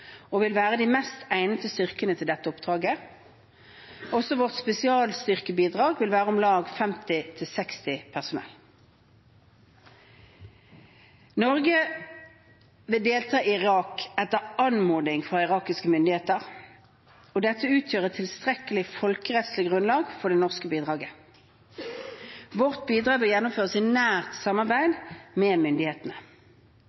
og vil være de mest egnede styrkene til dette oppdraget. Også vårt spesialstyrkebidrag vil være om lag 50–60 personell. Norge vil delta i Irak etter anmodning fra irakiske myndigheter, og dette utgjør et tilstrekkelig folkerettslig grunnlag for det norske bidraget. Vårt bidrag vil gjennomføres i nært